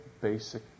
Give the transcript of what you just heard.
basic